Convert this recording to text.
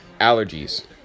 allergies